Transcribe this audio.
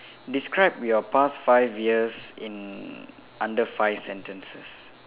describe your past five years in under five sentences